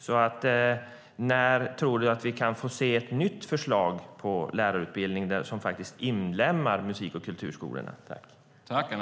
När tror Anna Steele att vi kan få se ett nytt förslag på lärarutbildning som inlemmar musik och kulturskolan?